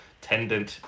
tendon